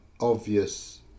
obvious